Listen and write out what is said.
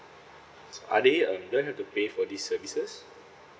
are they um don't have to pay for these services